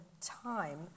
time